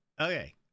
okay